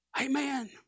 Amen